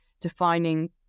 defining